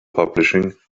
publishing